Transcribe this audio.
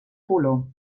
color